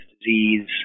disease